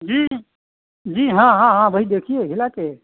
जी जी हाँ हाँ हाँ वही देखिए हिलाकर